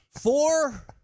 Four